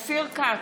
אופיר כץ,